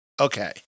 Okay